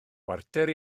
chwarter